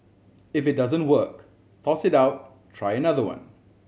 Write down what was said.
if it doesn't work toss it out try another one